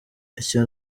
icyo